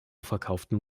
verkauftem